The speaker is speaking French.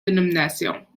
dénominations